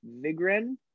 Vigren